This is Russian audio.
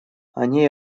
они